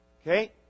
Okay